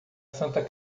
santa